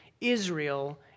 Israel